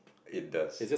it does